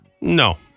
No